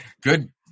good